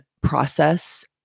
process